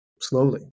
slowly